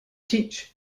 teach